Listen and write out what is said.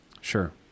Sure